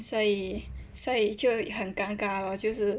所以所以就很尴尬 lor 就是